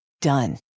Done